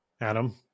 adam